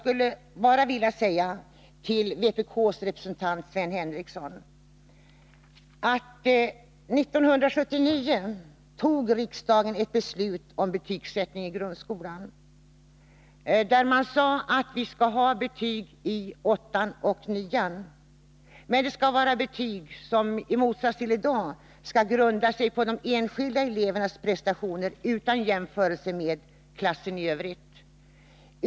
Till vpk:s representant Sven Henricsson skulle jag vilja säga: År 1979 fattade riksdagen ett beslut om betygsättningen i grundskolan, som innebar att det skulle finnas betyg i årskurs 8 och 9 — men sådana betyg som i motsats till i dag grundar sig på de enskilda elevernas prestationer utan jämförelse med klassen i övrigt.